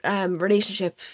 relationship